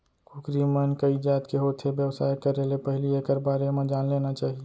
कुकरी मन कइ जात के होथे, बेवसाय करे ले पहिली एकर बारे म जान लेना चाही